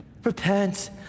Repent